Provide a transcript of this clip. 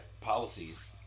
policies